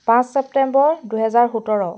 পাঁচ ছেপ্টেম্বৰ দুহেজাৰ সোতৰ